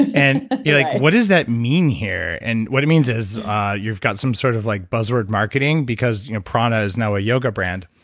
and you're like what does that mean here? and what it means is you've got some sort of like buzzword marketing because you know prana is now a yoga brand.